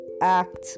act